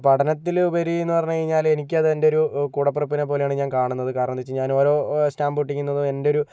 പഠനത്തിലുപരിയെന്ന് പറഞ്ഞു കഴിഞ്ഞാല് എനിക്കത് എൻ്റ ഒരു കൂടപ്പിറപ്പിനെപ്പോലെയാണു ഞാന് കാണുന്നത് കാരണം എന്താന്നു വെച്ചുകഴിഞ്ഞാൽ ഞാന് ഓരോ സ്റ്റാമ്പൊട്ടിക്കുന്നതും എൻ്റ ഒരു